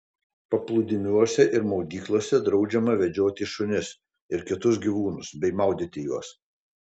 paplūdimiuose ir maudyklose draudžiama vedžioti šunis ir kitus gyvūnus bei maudyti juos